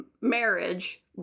marriage